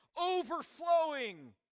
overflowing